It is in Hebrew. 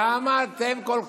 למה אתם כל כך,